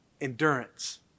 endurance